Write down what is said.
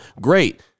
great